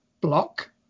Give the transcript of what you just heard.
block